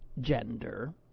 gender